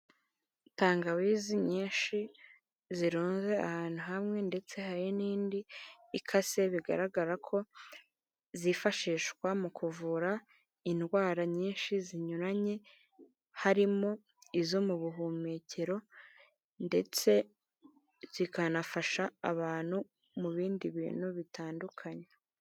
Tangawizi nyinshi zirunze ahantu hamwe ndetse hari n'indi ikase, bigaragara ko zifashishwa mu kuvura indwara nyinshi zinyuranye harimo izo mu buhumekero ndetse zikanafasha abantu mu bindi bintu bitandukanye.